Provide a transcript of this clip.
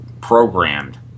programmed